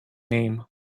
name